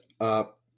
up